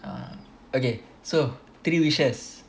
err okay so three wishes